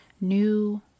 new